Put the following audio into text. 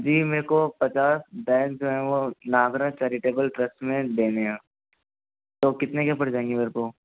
जी मैं को पचास बैग वो नागराथ चैरिटेबल ट्रस्ट में देने हैं तो कितने क्या पड़ जाएंगे मेरे को